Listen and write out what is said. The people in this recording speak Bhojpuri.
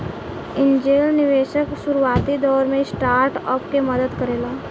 एंजेल निवेशक शुरुआती दौर में स्टार्टअप के मदद करेला